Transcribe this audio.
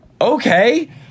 Okay